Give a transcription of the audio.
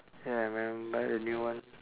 ya man buy a new one